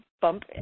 bump